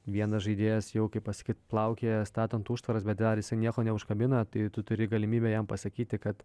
vienas žaidėjas jau kaip pasakyt plaukioja statant užtvaras bet dar jis nieko neužkabina tai tu turi galimybę jam pasakyti kad